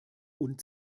und